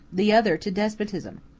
the other to despotism.